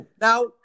Now